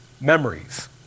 memories